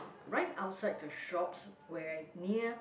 right outside the shops where near